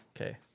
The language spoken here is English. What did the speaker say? Okay